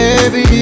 Baby